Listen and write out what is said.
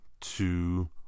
two